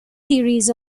series